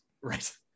right